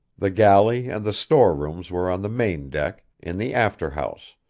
the galley and the store rooms were on the main deck, in the after house,